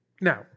Now